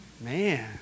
Man